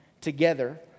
together